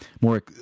more